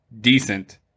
decent